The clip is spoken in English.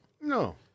No